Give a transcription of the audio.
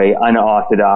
unorthodox